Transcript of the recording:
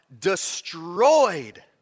destroyed